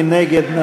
מי נגד?